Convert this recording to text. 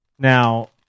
Now